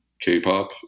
K-pop